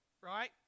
right